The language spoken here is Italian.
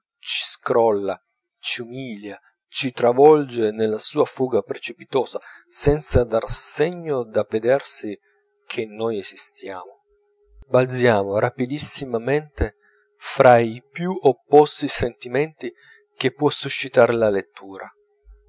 scrolla ci umilia ci travolge nella sua fuga precipitosa senza dar segno d'avvedersi che noi esistiamo balziamo rapidissimamente fra i più opposti sentimenti che può suscitar la lettura